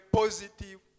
positive